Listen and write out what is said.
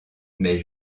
mais